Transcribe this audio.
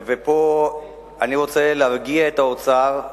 ופה אני רוצה להרגיע את האוצר,